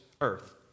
earth